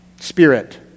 Spirit